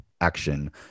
action